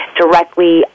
directly